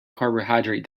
carbohydrate